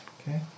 Okay